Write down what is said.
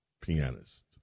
pianist